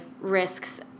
risks